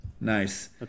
Nice